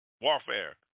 Warfare